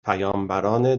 پیامبران